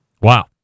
Wow